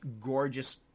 gorgeous